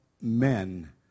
men